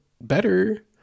better